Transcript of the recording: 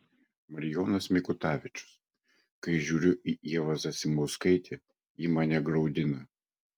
marijonas mikutavičius kai žiūriu į ievą zasimauskaitę ji mane graudina